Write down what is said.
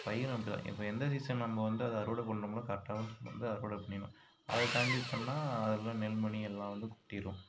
பயிரும் அப்படி தான் இப்போ எந்த சீசனில் நம்ம வந்து அதை அறுவடை பண்ணிணோம்னா கரெக்டான சீசனில் வந்து அறுவடை பண்ணிடணும் அதை தாண்டி பண்ணால் அதில் உள்ள நெல்மணி எல்லாம் வந்து கொட்டிடும்